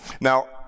Now